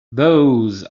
those